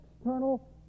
external